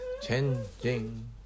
changing